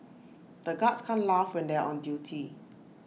the guards can't laugh when they are on duty